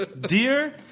dear